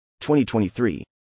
2023